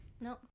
no